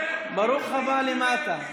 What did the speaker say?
ברוך הבא למטה,